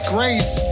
Grace